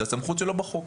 זו הסמכות שלו בחוק.